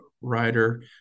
writer